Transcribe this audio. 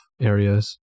areas